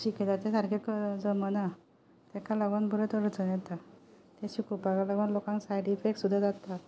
शिकयता तें सारकें जमना तेका लागोन ते शिकोवपाक लागोन लोकांक साइड इफेक्ट्स सुद्दां जाता